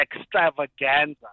extravaganza